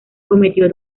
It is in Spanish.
cometió